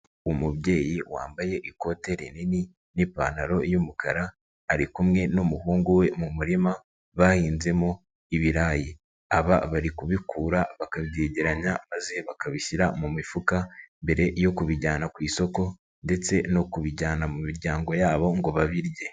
Umubyeyi wambaye ikote rinini n'ipantaro y'umukara ari kumwe n'umuhungu we mu murima bahinzemo ibirayi, aba bari kubikura bakabyegeranya maze bakabishyira mu mifuka mbere yo kubijyana ku isoko ndetse no kubijyana mu miryango yabo ngo babirye.